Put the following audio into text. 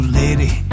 lady